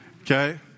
Okay